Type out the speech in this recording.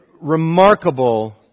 remarkable